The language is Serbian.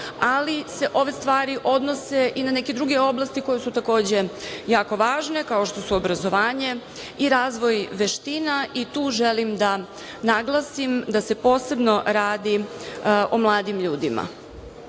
ali se ove stvari odnose i na neke druge oblasti koje su takođe, jako važne, kao što su obrazovanje i razvoj veština, i tu želim da naglasim da se posebno radi o mladim ljudima. Želim